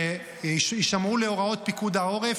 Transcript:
שיישמעו להוראות פיקוד העורף,